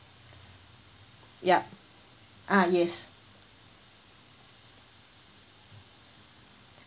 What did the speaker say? ya ah yes